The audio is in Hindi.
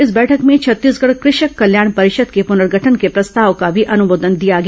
इस बैठक भें छत्तीसगढ़ कृषक कल्याण परिषद के प्रनर्गठन के प्रस्ताव को भी अनुमोदन दिया गया